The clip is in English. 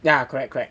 ya correct correct